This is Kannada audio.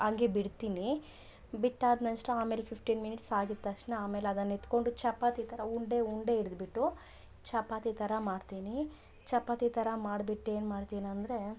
ಹಂಗೆ ಬಿಡ್ತೀನಿ ಬಿಟ್ಟಾದ ನೆಕ್ಸ್ಟು ಆಮೇಲೆ ಫಿಫ್ಟಿನ್ ಮಿನಿಟ್ಸ್ ಆಗಿದ ತಕ್ಷಣ ಆಮೇಲೆ ಅದನ್ನು ಎತ್ಕೊಂಡು ಚಪಾತಿ ಥರ ಉಂಡೆ ಉಂಡೆ ಹಿಡಿದ್ಬಿಟ್ಟು ಚಪಾತಿ ಥರ ಮಾಡ್ತೀನಿ ಚಪಾತಿ ಥರ ಮಾಡ್ಬಿಟ್ಟು ಏನ್ಮಾಡ್ತೀನಿ ಅಂದರೆ